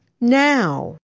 now